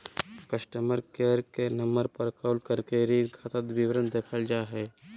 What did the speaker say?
customer care के number पर call करके ऋण खाता विवरण देखल जा हय